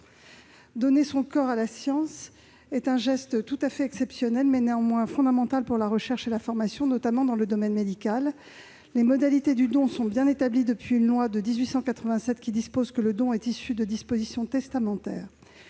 Donner son corps à la science est un geste tout à fait exceptionnel, mais, néanmoins, fondamental pour la recherche et la formation, notamment dans le domaine médical. Les modalités du don sont bien établies depuis une loi de 1887, qui dispose que le don est issu de dispositions testamentaires.